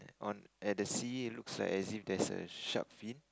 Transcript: on at the sea it looks like as if there's a shark fin